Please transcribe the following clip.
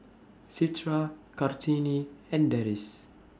Citra Kartini and Deris